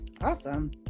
awesome